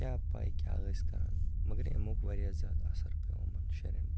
کیٛاہ پَے کیٛاہ ٲسۍ کَران مگر اَمیُک واریاہ زیادٕ اَثر پیوٚو یِمَن شُرٮ۪ن پٮ۪ٹھ